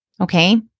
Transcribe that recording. Okay